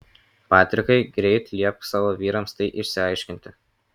patrikai greit liepk savo vyrams tai išsiaiškinti